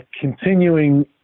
continuing